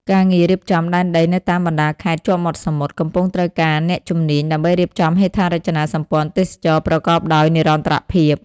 ការងាររៀបចំដែនដីនៅតាមបណ្ដាខេត្តជាប់មាត់សមុទ្រ កំពុងត្រូវការអ្នកជំនាញដើម្បីរៀបចំហេដ្ឋារចនាសម្ព័ន្ធទេសចរណ៍ប្រកបដោយនិរន្តរភាព។